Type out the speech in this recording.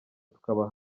tukaba